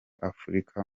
afurika